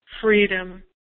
freedom